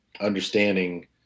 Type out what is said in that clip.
understanding